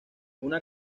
una